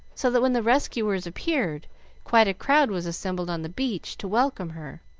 so that when the rescuers appeared quite a crowd was assembled on the beach to welcome her.